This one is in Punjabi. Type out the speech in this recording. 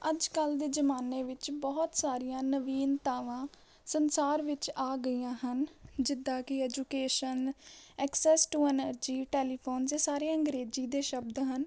ਅੱਜ ਕੱਲ੍ਹ ਦੇ ਜ਼ਮਾਨੇ ਵਿੱਚ ਬਹੁਤ ਸਾਰੀਆਂ ਨਵੀਨਤਾਵਾਂ ਸੰਸਾਰ ਵਿੱਚ ਆ ਗਈਆਂ ਹਨ ਜਿੱਦਾਂ ਕਿ education access to energy telephone ਜੇ ਸਾਰੇ ਅੰਗਰੇਜ਼ੀ ਦੇ ਸ਼ਬਦ ਹਨ